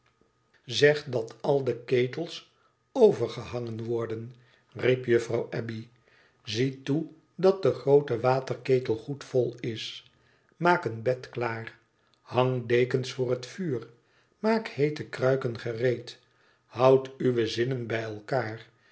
zeg dat al de ketels overgehangen worden riep juffrouw abbey zie toe dat de groote waterketel goed vol is maak een bed klaar hang dekens voor het vuur maak heete kruiken gereed houdt uwe zinnen bij elkaar